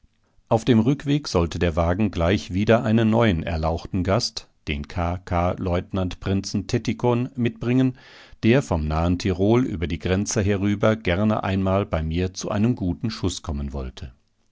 auf dem rückweg sollte der wagen gleich wieder einen neuen erlauchten gast den k k lieutenant prinzen tettikon mitbringen der vom nahen tirol über die grenze herüber gerne einmal bei mir zu einem guten schuß kommen wollte